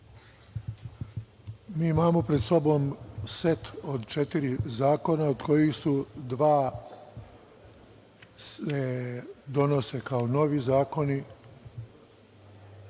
mi imamo pred sobom set od četiri zakona od kojih se dva donose kao novi